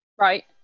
Right